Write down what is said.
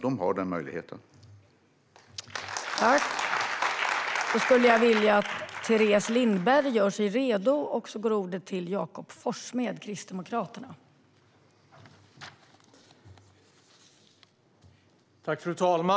Den möjligheten har de.